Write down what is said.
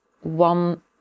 one